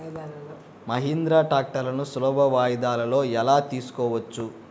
మహీంద్రా ట్రాక్టర్లను సులభ వాయిదాలలో ఎలా తీసుకోవచ్చు?